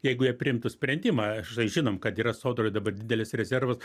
jeigu jie priimtų sprendimą štai žinom kad yra sodroj dabar didelis rezervas